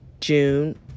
June